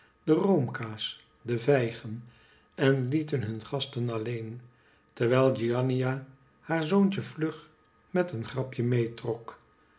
de roomkaas de vijgen en lieten hun gasten alleen terwijl giannina haar zoontje vlug met een grapje meetrok